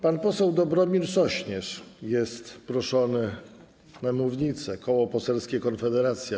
Pan poseł Dobromir Sośnierz jest proszony na mównicę, Koło Poselskie Konfederacja.